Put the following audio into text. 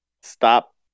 Stop